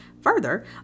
Further